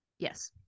Yes